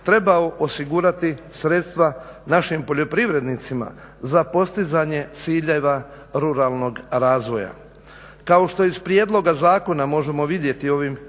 trebao osigurati sredstva našim poljoprivrednicima za postizanje ciljeva ruralnog razvoja. Kao što iz prijedloga zakona možemo vidjeti ovim izmjenama